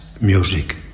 music